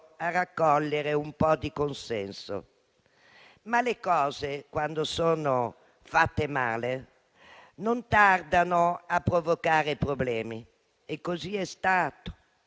a raccogliere un po' di consenso. Ma le cose, quando sono fatte male, non tardano a provocare problemi e così è stato.